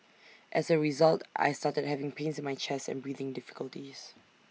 as A result I started having pains in my chest and breathing difficulties